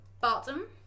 bottom